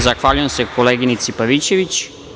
Zahvaljujem se koleginici Pavićević.